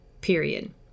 Period